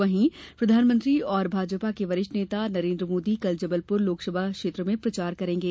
वहीं प्रधानमंत्री और भाजपा के वरिष्ठ नेता नरेन्द्र मोदी कल जबलपुर लोकसभा क्षेत्र में प्रचार करेंगे